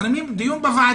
לא מובן מה ההסבר לזה.